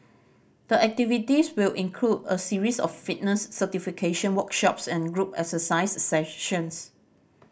the activities will include a series of fitness certification workshops and group exercise sessions